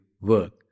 work